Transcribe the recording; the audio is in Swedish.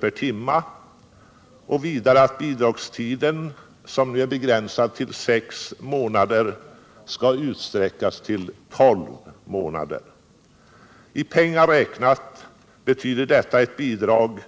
per timme och vidare att bidragstiden —- som nu är begränsad till sex månader — skall utsträckas till tolv månader. I pengar räknat betyder detta ett bidrag